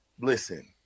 listen